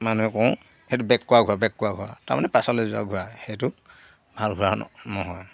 মানুহে কওঁ সেইটো বেক কৰা ঘোঁৰা বেক কৰা ঘোঁৰা তাৰমানে পাছলৈ যোৱা ঘোঁৰা সেইটো ভাল ঘোঁৰা নহয়